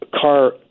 car